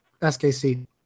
SKC